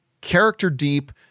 character-deep